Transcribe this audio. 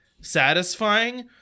satisfying